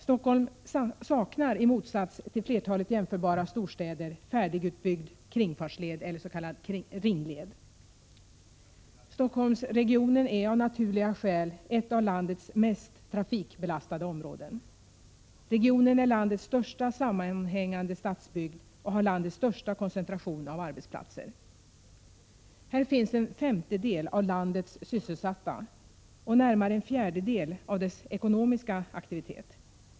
Stockholm saknar i motsats till flertalet jämförbara storstäder färdigutbyggd kringfartsled, s.k. ringled. Stockholmsregionen är av naturliga skäl ett av landets mest trafikbelastade områden. Regionen är landets största sammanhängande stadsbygd och har landets största koncentration av arbetsplatser. Här finns en femtedel av landets sysselsatta och närmare en fjärdedel av landets ekonomiska aktivitet.